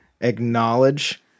acknowledge